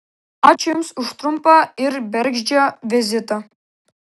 ačiū jums už trumpą ir bergždžią vizitą